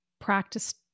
Practice